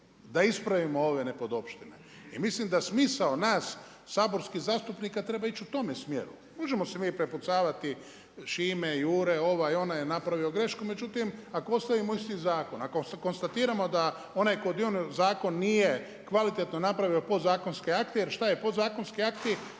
da ispravimo ove nepodopštine. I mislim da smisao nas saborskih zastupnika treba ići u tome smjeru. Možemo se mi prepucavati Šime, Jure ovaj, onaj napravio grešku međutim ako ostavimo isti zakon, ako konstatiramo da onaj koji je donio zakon nije kvalitetno napravio podzakonske akte jer šta je, podzakonski akti